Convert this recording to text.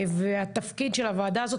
התפקיד של הוועדה הזאת,